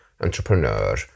entrepreneur